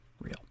real